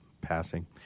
passing